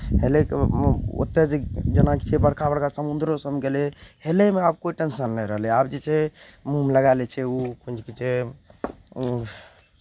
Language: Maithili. हेलयके ओतय जे जेनाकि छै बड़का बड़का समुद्रो सभमे गेलै हेलयमे आब कोइ टेंसन नहि रहलैए आब जे छै मुँहमे लगाए लै छै ओ कोन चीज कहै छै